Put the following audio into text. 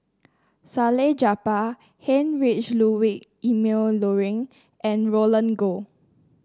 Salleh Japar Heinrich Ludwig Emil Luering and Roland Goh